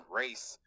race